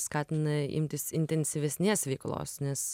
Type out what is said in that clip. skatina imtis intensyvesnės veiklos nes